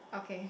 okay